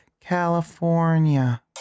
California